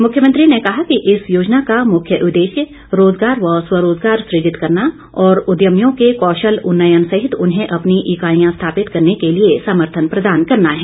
मुख्यमंत्री ने कहा कि इस योजना का मुख्य उददेश्य रोजगार व स्वरोजगार सुजित करना और उद्यमियों के कौशल उन्नयन सहित उन्हें अपनी इकाईयां स्थापित करने के लिए समर्थन प्रदान करना है